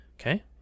Okay